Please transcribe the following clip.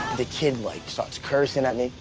the kid like starts cursing at me,